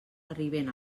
arriben